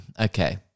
Okay